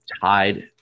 tied